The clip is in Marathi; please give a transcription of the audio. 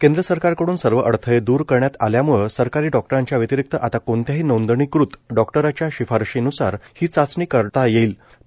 केंद्र सरकारकडून सर्व अडथळ दूर करण्यात आल्यामुळं सरकारी डॉक्टरांच्या व्यतिरिक्त आता कोणत्याही नोंदणीकृत डॉक्टरच्या शिफारशीन्सार ही चाचणी करता यर्ष्ठल